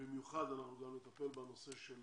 במיוחד אנחנו נטפל בנושא של